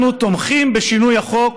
אנחנו תומכים בשינוי החוק